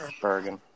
Bergen